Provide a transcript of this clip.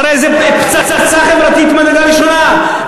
הרי זו פצצה חברתית ממדרגה ראשונה.